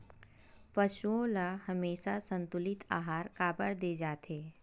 पशुओं ल हमेशा संतुलित आहार काबर दे जाथे?